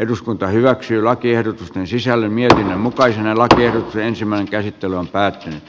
nyt päätetään lakiehdotusten sisällön ja mutkaisen laitamiehet ensimmäinen käsittely on päättynyt